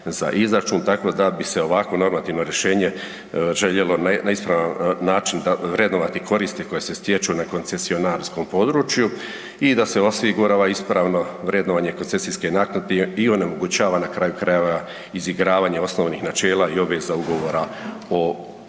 za izračun, tako da bi se ovakvo normativno rješenje željelo na ispravan način vrednovati koristi koje se stječu na koncesionarskom području i da se osigurava ispravno vrednovanje koncesijske naknade i onemogućava na kraju krajeva izigravanje osnovnih načela i obveza Ugovora o koncesiji.